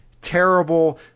terrible